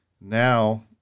now